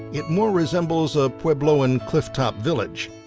it more resembles a puebloan clifftop village.